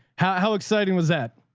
how how exciting was that?